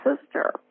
sister